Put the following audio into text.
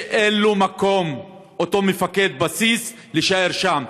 שאין מקום לאותו מפקד בסיס להישאר שם.